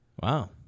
Wow